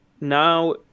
now